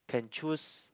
can choose